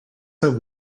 have